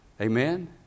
Amen